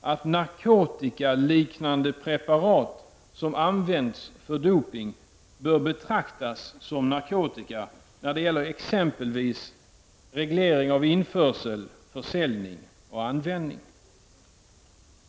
att narkotikaliknande preparat som används för dopning bör betraktas som narkotika när det gäller t.ex. reglering av införsel, försäljning och användning.